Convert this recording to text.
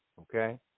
Okay